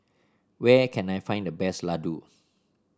where can I find the best Ladoo